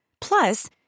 Plus